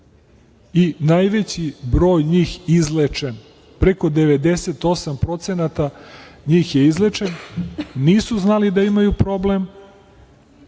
i najveći broj njih izlečen, preko 98% njih je izlečeno. Nisu znali da imaju problem,